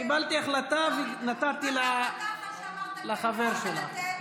קיבלתי החלטה ונתתי לחבר שלך.